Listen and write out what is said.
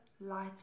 light